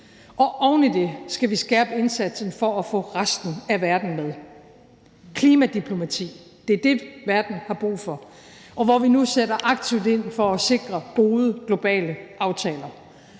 Oven i det skal vi skærpe indsatsen for at få resten af verden med. Klimadiplomati er det, verden har brug for, og hvor vi nu sætter aktivt ind for at sikre gode globale aftaler.